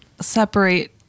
separate